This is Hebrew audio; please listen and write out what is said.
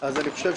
לא צריך להמציא.